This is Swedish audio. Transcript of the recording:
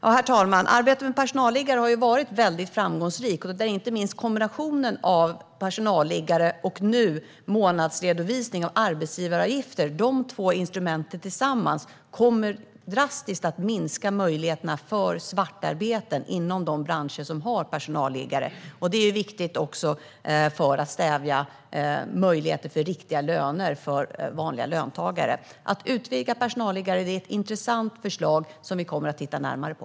Herr talman! Arbetet med personalliggare har varit väldigt framgångsrikt. Inte minst kombinationen av personalliggare och nu månadsredovisning av arbetsgivaravgifter, de två instrumenten tillsammans, kommer att drastiskt minska möjligheterna till svartarbete inom de branscher som har personalliggare. Det är viktigt också för att stärka möjligheter till riktiga löner för vanliga löntagare. Att utvidga systemet med personalliggare är ett intressant förslag som vi kommer att titta närmare på.